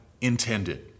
intended